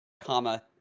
comma